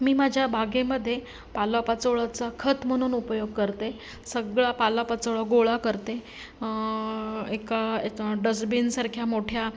मी माझ्या बागेमध्ये पालापाचोळ्याचा खत म्हणून उपयोग करते सगळा पालापाचोळा गोळा करते एका डस्टबीनसारख्या मोठ्या